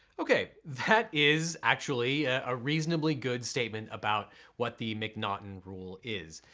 okay that is actually a reasonably good statement about what the m'naughten rule is.